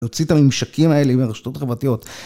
הוציא את הממשקים האלה מהרשתות החברתיות.